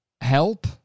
help